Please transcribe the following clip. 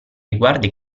riguarda